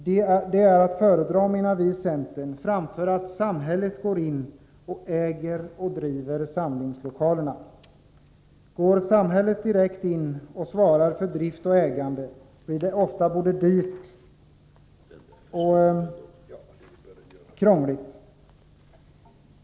Det är att föredra, menar vi i centern, framför att samhället går in och äger och driver samlingslokalerna. Går samhället direkt in och svarar för drift och ägande blir det ofta både dyrt och krångligt.